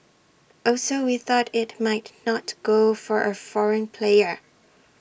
also we thought IT might not go for A foreign player